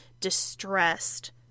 distressed